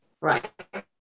right